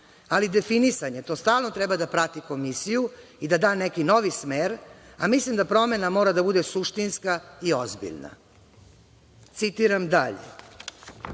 ali definisanje, to stalno treba da prati Komisiju i da da neki novi smer, a mislim da promena mora da bude suštinska i ozbiljna“.Citiram dalje,